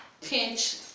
pinch